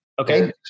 Okay